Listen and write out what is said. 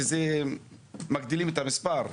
שזה מגדילים את המספר.